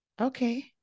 Okay